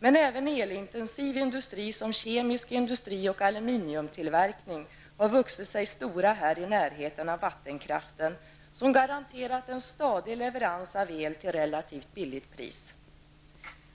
Men även elintensiv industri som kemisk industri och aluminiumtillverkning har vuxit sig stora här i närheten av vattenkraften och garanterat en stadig leverans av el till relativt lågt pris.